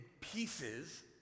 pieces